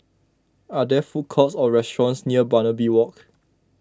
are there food courts or restaurants near Barbary Walk